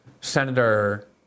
Senator